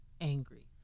angry